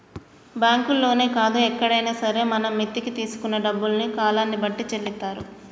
బ్యాంకుల్లోనే కాదు ఎక్కడైనా సరే మనం మిత్తికి తీసుకున్న డబ్బుల్ని కాలాన్ని బట్టి చెల్లిత్తారు